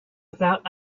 without